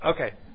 Okay